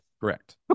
Correct